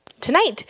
tonight